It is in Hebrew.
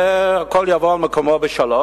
והכול יבוא על מקומו בשלום,